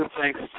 Thanks